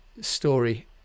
story